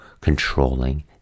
controlling